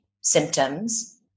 symptoms